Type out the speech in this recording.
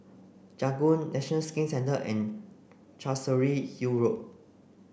Janggung National Skin Centre and Chancery Hill Road